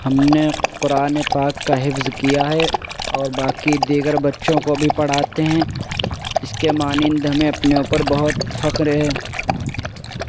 ہم نے قرآن پاک کا حفظ کیا ہے اور باقی دیگر بچوں کو بھی پڑھاتے ہیں اس کے مانند ہمیں اپنے اوپر بہت فخر ہے